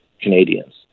Canadians